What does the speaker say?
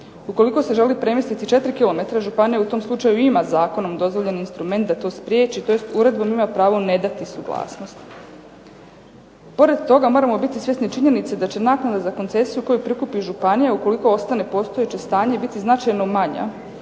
Ukoliko se želi premjestiti 4 km županija u tom slučaju ima zakonom dozvoljeni instrument da to spriječi tj. uredbom ima pravo ne dati suglasnost. Pored toga, moramo biti svjesni činjenice da će naknada za koncesiju koju prikupi županija ukoliko ostane postojeće stanje biti značajno manja